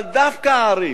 אבל דווקא ערים